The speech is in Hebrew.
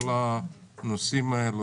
כל הנושאים האלה,